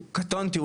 קטונתי,